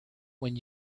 when